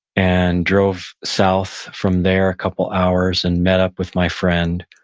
and drove south from there a couple of hours and met up with my friend,